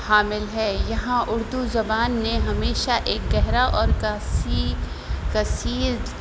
حامل ہے یہاں اردو زبان نے ہمیشہ ایک گہرا اور کثیر کثیر